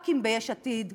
שחברי הכנסת ביש עתיד,